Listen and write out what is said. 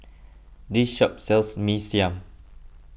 this shop sells Mee Siam